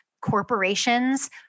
corporations